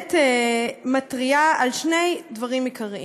באמת מתריעה על שני דברים עיקריים: